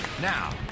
Now